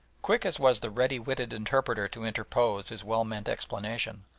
quick as was the ready-witted interpreter to interpose his well-meant explanation,